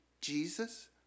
Jesus